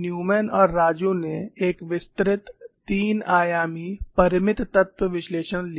Newman और राजू ने एक विस्तृत तीन आयामी परिमित तत्व विश्लेषण लिया